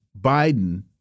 Biden